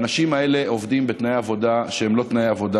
האנשים האלה עובדים בתנאי עבודה שהם לא תנאי עבודה,